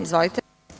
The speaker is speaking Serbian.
Izvolite.